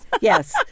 Yes